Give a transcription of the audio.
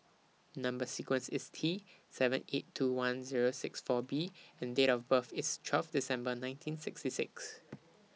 Number sequence IS T seven eight two one Zero six four B and Date of birth IS twelve December nineteen sixty six